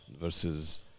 versus